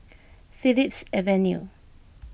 Phillips Avenue